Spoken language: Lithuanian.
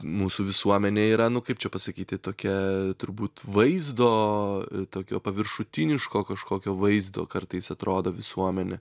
mūsų visuomenė yra nu kaip čia pasakyti tokia turbūt vaizdo tokio paviršutiniško kažkokio vaizdo kartais atrodo visuomenė